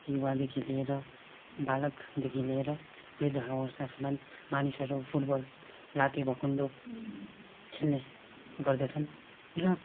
युवादेखि लिएर बालकदेखि लिएर वृद्धावस्थासम्म मानिसहरू फुटबल लाते भकुन्डो खेल्ने गर्दछन् र